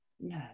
No